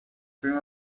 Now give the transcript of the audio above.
stream